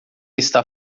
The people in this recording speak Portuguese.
está